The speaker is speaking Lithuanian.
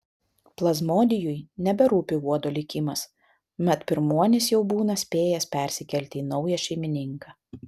plazmodijui neberūpi uodo likimas mat pirmuonis jau būna spėjęs persikelti į naują šeimininką